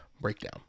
breakdown